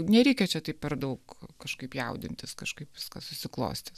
nereikia čia taip per daug kažkaip jaudintis kažkaip viskas susiklostys